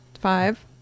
five